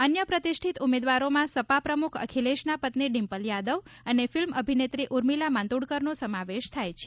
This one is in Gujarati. અન્ય પ્રતિષ્ઠિત ઉમેદવારોમાં સપા પ્રમૂખ અખિલેશની પત્ની ડિમ્પલ યાદવ ફિલ્મ અભિનેત્રી ઉર્મીલા માતોંડકરનો સમાવેશ થાય છે